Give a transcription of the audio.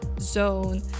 zone